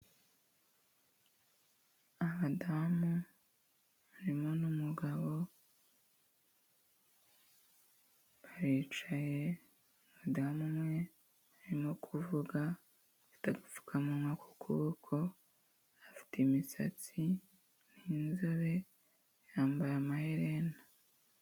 Abadamu harimo n'umugabo baricaye, umadamu umwe arimo kuvuga afite agapfukamunwa ku kuboko, afite imisatsi, ni inzobe yambaye amaherena.